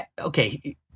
okay